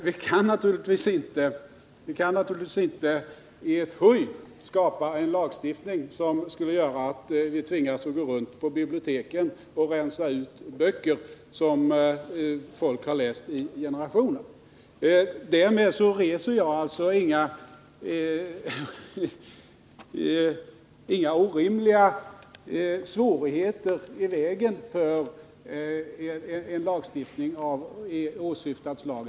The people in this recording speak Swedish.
Vi kan naturligtvis inte i ett huj skapa en lagstiftning som göraatt vi tvingas gå runt på biblioteken och rensa ut böcker som folk har läst i generationer. å Därmed reser jag inga orimliga hinder i vägen för en lagstiftning av åsyftat slag.